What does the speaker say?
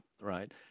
right